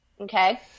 Okay